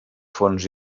fonts